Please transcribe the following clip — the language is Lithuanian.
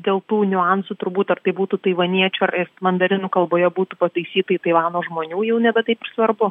dėl tų niuansų turbūt ar tai būtų taivaniečių ar mandarinų kalboje būtų pataisyta į taivano žmonių jau nebe taip ir svarbu